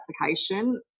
application